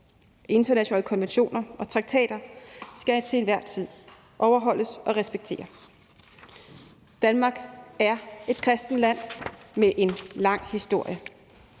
internationale konventioner og traktater skal til enhver tid overholdes og respekteres. Danmark er et kristent land med en lang historie.